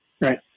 Right